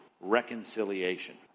reconciliation